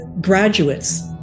graduates